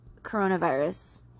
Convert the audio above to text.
coronavirus